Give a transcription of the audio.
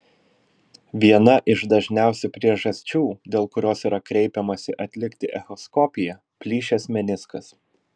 viena iš dažniausių priežasčių dėl kurios yra kreipiamasi atlikti echoskopiją plyšęs meniskas